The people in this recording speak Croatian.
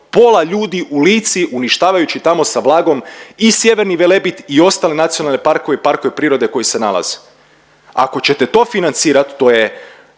pola ljudi u Lici uništavajući tamo sa sa vlagom i Sjeverni Velebit i ostale nacionalne parkove i parkove prirode koji se nalaze. Ako ćete to financirat, to je